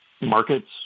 markets